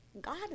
God